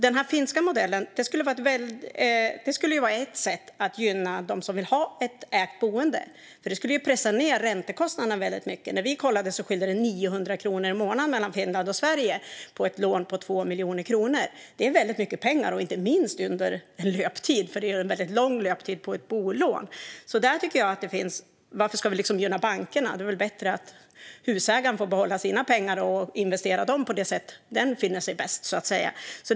Den finska modellen skulle vara ett sätt att gynna dem som vill ha ett ägt boende eftersom det skulle pressa ned räntekostnaderna mycket. När vi kollade var det en skillnad på 900 kronor i månaden mellan Finland och Sverige på ett lån på 2 miljoner kronor. Det är mycket pengar, inte minst under löptiden. Det är ju en lång löptid på ett bolån. Varför ska vi gynna bankerna? Det är väl bättre att husägaren får behålla sina pengar och investera dem på det sätt ägaren finner bäst.